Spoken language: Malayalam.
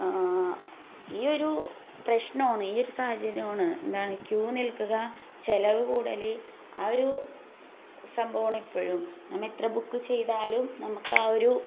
ഈ ഒരു പ്രശ്നമാണ് ഈ ഒരു സാഹചര്യമാണ് എന്താണ് ക്യൂ നിൽക്കുക ചെലവ് കൂടൽ ആ ഒരു സംഭവമാണെപ്പോഴും നമ്മൾ എത്ര ബുക്ക് ചെയ്താലും നമുക്ക് ആ ഒരു